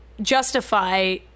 justify